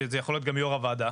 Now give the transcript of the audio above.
שזה יכול להיות גם יו"ר הוועדה,